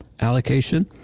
allocation